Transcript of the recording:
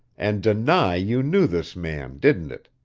and deny you knew this man, didn't it?